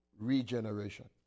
regeneration